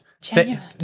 Genuine